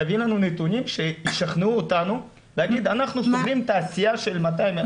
תביאו לנו נתונים שישכנעו אותנו להגיד שאנחנו סוגרים תעשייה של 200,000,